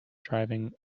driving